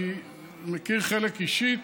אני מכיר חלק אישית,